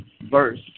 verse